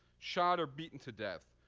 shot or beaten to death,